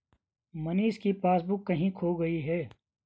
मनीष की पासबुक कहीं खो गई है